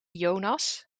jonas